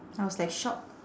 I was like shocked